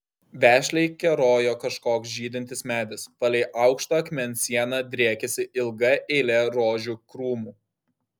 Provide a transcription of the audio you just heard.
vešliai kerojo kažkoks žydintis medis palei aukštą akmens sieną driekėsi ilga eilė rožių krūmų